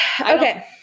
Okay